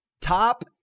top